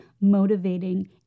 motivating